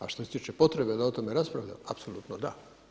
A što se tiče potrebe da o tome raspravljamo, apsolutno da.